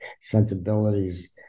sensibilities